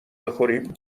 بخوریم